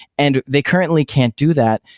and they currently can't do that,